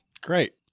Great